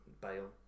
Bale